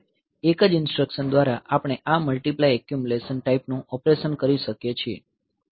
એક જ ઇન્સટ્રકશન દ્વારા આપણે આ મલ્ટીપ્લાય એક્યુમલેશન ટાઈપનું ઓપરેશન કરી શકીએ છીએ